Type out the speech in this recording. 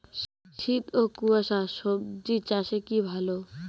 শীত ও কুয়াশা স্বজি চাষে কি ভালো?